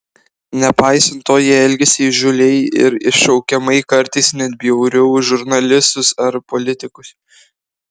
nepaisant to jie elgėsi įžūliai ir iššaukiamai kartais net bjauriau už žurnalistus ar politikus